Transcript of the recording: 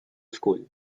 school